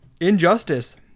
Injustice